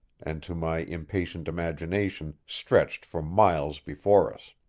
and to my impatient imagination stretched for miles before us.